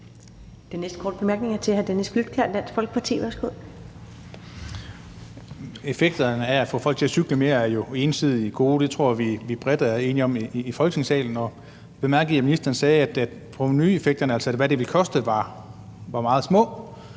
Den næste korte bemærkning er til hr. Dennis Flydtkjær, Dansk Folkeparti. Værsgo. Kl. 20:40 Dennis Flydtkjær (DF): Effekterne af at få folk til at cykle mere er jo entydigt gode. Det tror jeg vi bredt er enige om i Folketingssalen. Og jeg bemærkede, at ministeren sagde, at provenueffekterne, altså hvad det vil koste, var meget små,